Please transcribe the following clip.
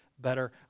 better